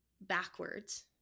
backwards